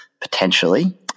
potentially